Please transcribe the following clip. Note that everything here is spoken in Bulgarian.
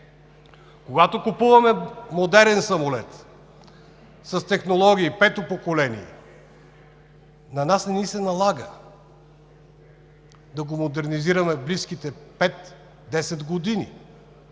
Когато купуваме модерен самолет с технологии пето поколение, на нас не ни се налага да го модернизираме в близките пет-десет години,